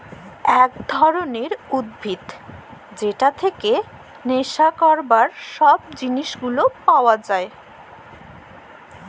একট ধরলের উদ্ভিদ যেটর থেক্যে লেসা ক্যরবার সব জিলিস গুলা পাওয়া যায়